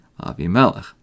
Avimelech